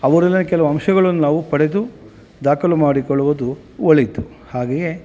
ಅವರಿಂದ ಕೆಲವು ಅಂಶಗಳನ್ನು ನಾವು ಪಡೆದು ದಾಖಲು ಮಾಡಿಕೊಳ್ಳುವುದು ಒಳಿತು ಹಾಗೆಯೇ